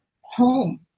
home